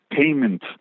payment